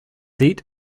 seat